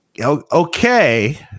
Okay